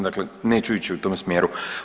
Dakle, neću ići u tom smjeru.